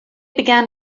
began